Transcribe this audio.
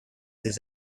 des